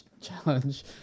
challenge